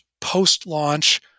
post-launch